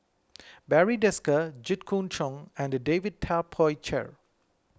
Barry Desker Jit Koon Ch'ng and David Tay Poey Cher